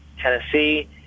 Tennessee